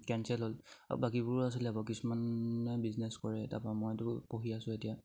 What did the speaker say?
cancel হ'ল আৰু বাকীবোৰো আছিলে আকৌ কিছুমানে বিজনেছ কৰে তাপা মইতো পঢ়ি আছোঁ এতিয়া